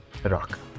Rock